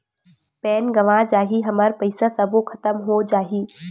Pan गंवा जाही हमर पईसा सबो खतम हो जाही?